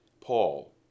Paul